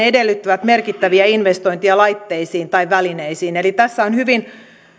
edellyttävät merkittäviä investointeja laitteisiin tai välineisiin eli tässä on hyvin